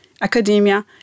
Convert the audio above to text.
academia